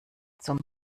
zum